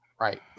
Right